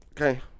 Okay